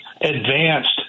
advanced